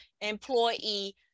employee